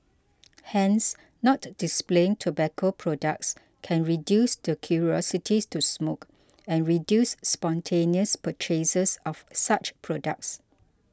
hence not displaying tobacco products can reduce the curiosities to smoke and reduce spontaneous purchases of such products